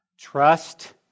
Trust